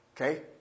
Okay